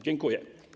Dziękuję.